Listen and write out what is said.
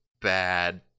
bad